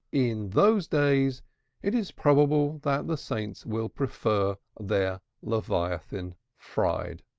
in those days it is probable that the saints will prefer their leviathan fried.